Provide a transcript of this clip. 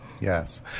Yes